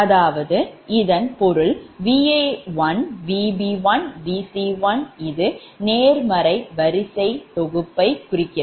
அதாவது இதன் பொருள் Va1Vb1Vc1இது நேர்மறை வரிசை தொகுப்பை குறிக்கிறது